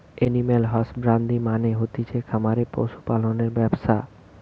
animal husbandry মানে হতিছে খামারে পশু পালনের ব্যবসা